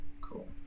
Cool